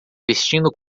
vestindo